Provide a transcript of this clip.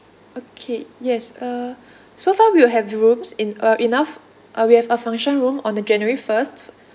okay yes uh so far we will have the rooms in uh enough uh we have a function room on the january first